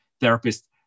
therapist